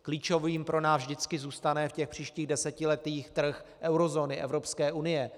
Klíčovým pro nás vždycky zůstane v těch příštích desetiletích trh eurozóny, Evropské unie.